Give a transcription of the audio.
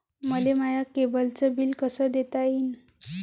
मले माया केबलचं बिल कस देता येईन?